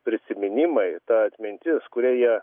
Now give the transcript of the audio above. prisiminimai ta atmintis kuria jie